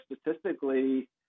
statistically